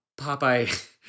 Popeye